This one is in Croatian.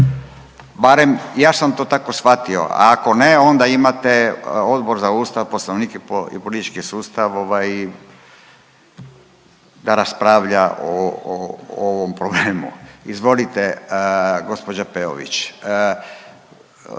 ja sam to tako shvatio, ako ne. Onda imate Odbor za Ustav, Poslovnik i politički sustav, ovaj, da raspravlja o ovom problemu. Izvolite, gđa Peović,